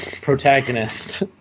protagonist